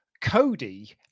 Cody